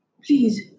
please